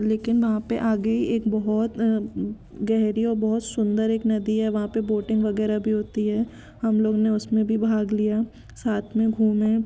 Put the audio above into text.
लेकिन वहाँ पे आगे एक बहुत गहरी और बहुत सुंदर एक नदी है वहाँ पे बोटिंग वगैरह भी होती है हम लोग ने उसमें भी भाग लिया साथ में घूमे